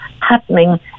happening